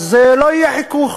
אז לא יהיה חיכוך.